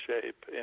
shape